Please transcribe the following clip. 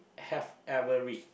have ever read